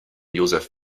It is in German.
josef